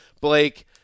Blake